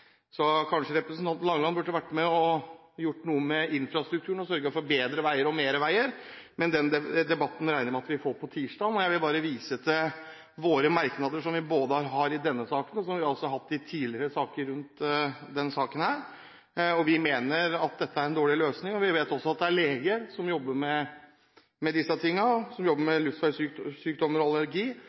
Så kanskje representanten Langeland burde vært med og gjort noe med infrastrukturen og sørget for bedre og flere veier, men den debatten regner jeg med at vi får på tirsdag i neste uke. Jeg vil vise til våre merknader, som vi har i denne saken, og som vi har hatt tidligere i forbindelse med samme sak. Vi mener at dette er en dårlig løsning. Vi vet også at det er leger som jobber med dette, som jobber med luftveissykdommer og allergi,